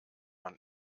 man